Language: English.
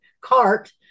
cart